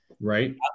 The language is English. right